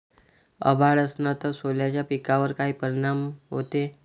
अभाळ असन तं सोल्याच्या पिकावर काय परिनाम व्हते?